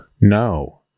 No